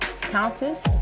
countess